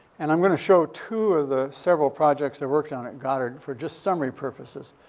and i'm going to show two of the several projects i worked on at goddard for just summary purposes.